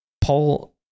paul